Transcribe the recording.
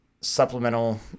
supplemental